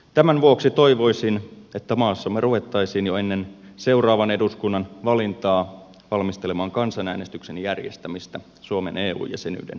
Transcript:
tämän vuoksi toivoisin että maassamme ruvettaisiin jo ennen seuraavan eduskunnan valintaa valmistelemaan kansanäänestyksen järjestämistä suomen eu jäsenyyden jatkosta